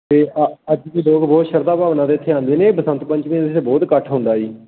ਅਤੇ ਅ ਅੱਜ ਵੀ ਲੋਕ ਬਹੁਤ ਸ਼ਰਧਾ ਭਾਵਨਾ 'ਤੇ ਇੱਥੇ ਆਉਂਦੇ ਨੇ ਬਸੰਤ ਪੰਚਮੀ ਦੇ ਇੱਥੇ ਬਹੁਤ ਇਕੱਠ ਹੁੰਦਾ ਜੀ